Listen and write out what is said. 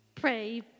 pray